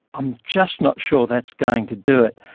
i'm just not sure that's going to do it.